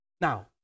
Now